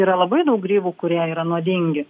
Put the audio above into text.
yra labai daug grybų kurie yra nuodingi